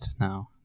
now